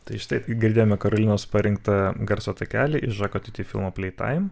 tai štai girdėjome karolinos parinktą garso takelį iš žako tiuti filmo plei taim